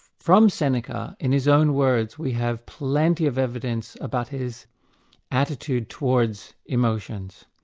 from seneca, in his own words, we have plenty of evidence about his attitude towards emotions,